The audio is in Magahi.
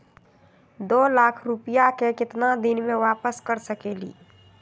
दो लाख रुपया के केतना दिन में वापस कर सकेली?